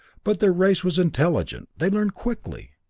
but their race was intelligent they learned quickly,